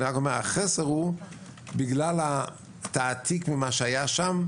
אני רק אומר שהחסר הוא בגלל התעתיק ממה שהיה שם,